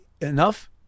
enough